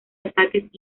ataques